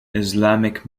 islamic